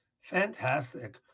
Fantastic